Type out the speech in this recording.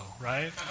right